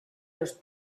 los